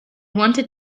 wanted